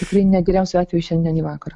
tikrai ne geriausiu atveju šiandien į vakarą